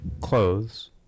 clothes